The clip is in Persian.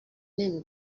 نمی